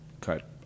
cut